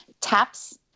taps